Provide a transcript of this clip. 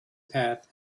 path